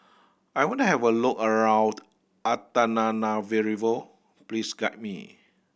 I want to have a look around Antananarivo please guide me